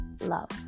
love